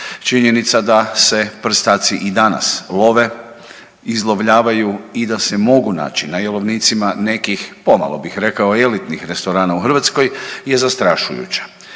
Činjenica da se prstaci i danas love, izlovljavaju i da se mogu naći na jelovnicima nekih pomalo bih rekao i elitnih restorana u Hrvatskoj je zastrašujuća.